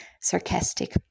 sarcastic